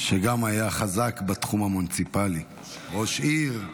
שגם היה חזק בתחום המוניציפלי, ראש עיר,